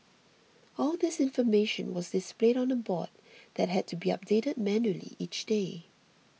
all this information was displayed on a board that had to be updated manually each day